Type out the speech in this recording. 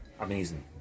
amazing